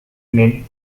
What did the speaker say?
may